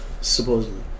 Supposedly